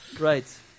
Right